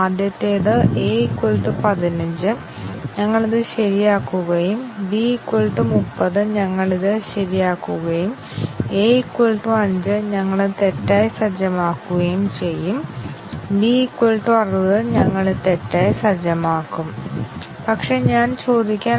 അതെ ഈ രണ്ട് ടെസ്റ്റ് കേസുകളിലൂടെയും ഞങ്ങൾ ഡിസിഷൻ കവറേജ് നേടുന്നു കാരണം ആദ്യ ടെസ്റ്റ് കേസ് ഈ തീരുമാനം ശരിയാണെന്ന് വിലയിരുത്തുകയും രണ്ടാമത്തെ ടെസ്റ്റ് കേസ് ഇത് തെറ്റായി വിലയിരുത്തുകയും ചെയ്യും